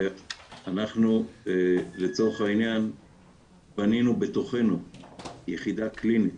אנחנו לצורך העניין בנינו בתוכנו יחידה קלינית